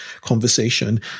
conversation